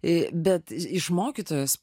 į bet iš mokytojos